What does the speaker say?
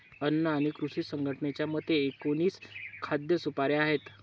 अन्न आणि कृषी संघटनेच्या मते, एकोणीस खाद्य सुपाऱ्या आहेत